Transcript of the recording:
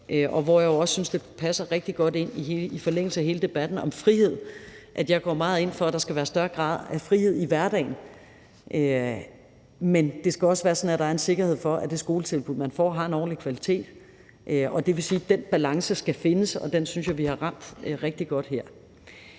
og hvor jeg også synes, at det passer rigtig godt i forlængelse af hele debatten om frihed. Jeg går meget ind for, at der skal være en større grad af frihed i hverdagen, men det skal også være sådan, at der er en sikkerhed for, at det skoletilbud, man får, har en ordentlig kvalitet. Det vil sige, at den balance skal findes, og den synes jeg vi har ramt rigtig godt her.